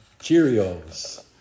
Cheerios